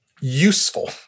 useful